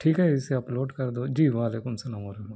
ٹھیک ہے اسے اپلوڈ کر دو جی وعلیکم سلام و رحمۃ اللہ